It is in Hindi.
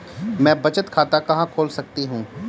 मैं बचत खाता कहां खोल सकती हूँ?